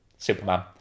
Superman